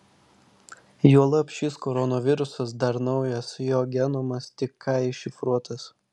juolab šis koronavirusas dar naujas jo genomas tik ką iššifruotas